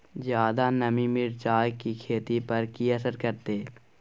ज्यादा नमी मिर्चाय की खेती पर की असर करते?